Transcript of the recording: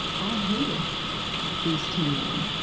i hated these two men,